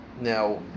Now